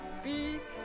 speak